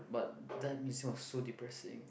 but damn it was so depressing